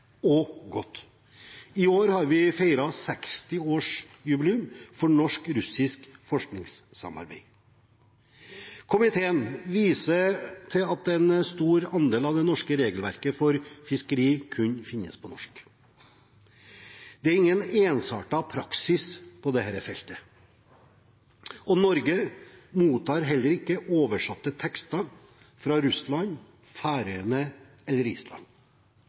og godt. I år har vi feiret 60-årsjubileum for norsk-russisk forskningssamarbeid. Komiteen viser til at en stor andel av det norske regelverket for fiskeri kun finnes på norsk. Det er ingen ensartet praksis på dette feltet, og Norge mottar heller ikke oversatte tekster fra Russland, Færøyene eller Island.